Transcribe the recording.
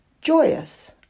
joyous